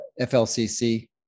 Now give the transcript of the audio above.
FLCC